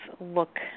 look